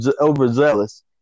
overzealous